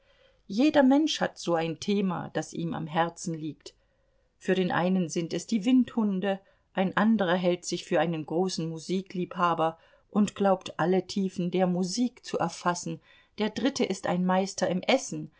jeder mensch hat so ein thema das ihm am herzen liegt für den einen sind es die windhunde ein anderer hält sich für einen großen musikliebhaber und glaubt alle tiefen der musik zu erfassen der dritte ist ein meister im essen